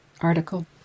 article